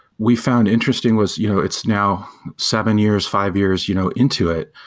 we found interesting was you know it's now seven years, five years, you know into it.